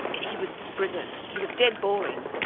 he was brilliant. he was dead boring,